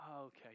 okay